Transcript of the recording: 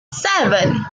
seven